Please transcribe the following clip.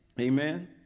Amen